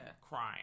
crying